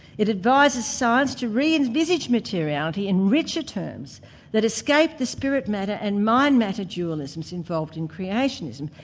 it advises science to re-envisage materiality in richer terms that escape the spirit matter and mind matter dualisms involved in creationism.